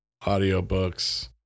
audiobooks